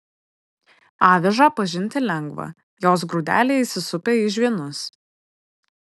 avižą pažinti lengva jos grūdeliai įsisupę į žvynus